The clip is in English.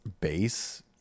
base